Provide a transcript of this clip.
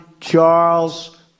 Charles